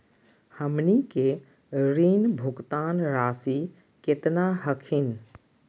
हमनी के ऋण भुगतान रासी केतना हखिन?